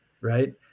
right